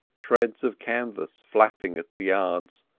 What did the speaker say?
shreds of canvas flapping at the yards,